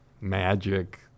magic